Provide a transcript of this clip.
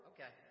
Okay